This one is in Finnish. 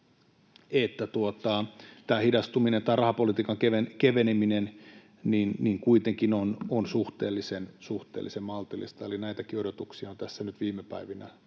että tämä hidastuminen tai rahapolitiikan keveneminen kuitenkin on suhteellisen maltillista. Eli näitäkin odotuksia on tässä nyt viime päivinä